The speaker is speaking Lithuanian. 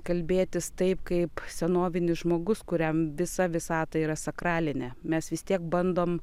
kalbėtis taip kaip senovinis žmogus kuriam visa visata yra sakralinė mes vis tiek bandom